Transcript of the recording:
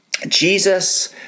Jesus